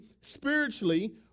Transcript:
spiritually